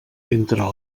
entra